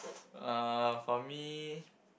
uh for me